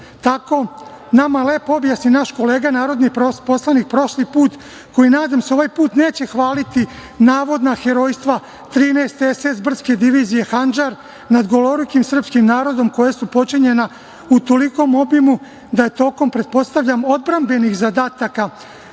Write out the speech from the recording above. lepo objasni naš kolega narodni poslanik prošli put, koji nadam se ovaj put neće hvaliti navodna herojstva 13. SS brdske divizije Handžar nad golorukim srpskim narodom koja su počinjena u tolikom obimu da je tokom, pretpostavljam, odbrambenih zadataka